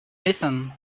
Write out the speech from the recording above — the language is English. listen